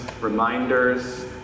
reminders